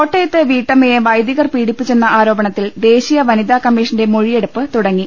കോട്ടയത്ത് വീട്ടമ്മയെ വൈദികർ പീഡിപ്പിച്ചെന്ന ആരോപണത്തിൽ ദേശീയ വനിതാ കമ്മീഷന്റെ മൊഴി യെടുപ്പ് തുടങ്ങി